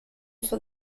for